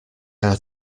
are